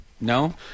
No